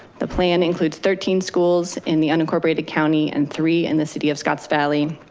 the plan includes thirteen schools in the unincorporated county and three in the city of scotts valley.